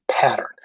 pattern